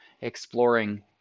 exploring